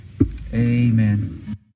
Amen